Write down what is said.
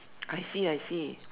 I see I see